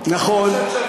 נכון.